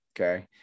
okay